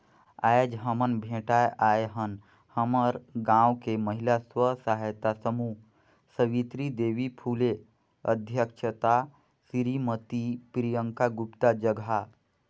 आयज हमन भेटाय आय हन हमर गांव के महिला स्व सहायता समूह सवित्री देवी फूले अध्यक्छता सिरीमती प्रियंका गुप्ता जघा